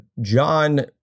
John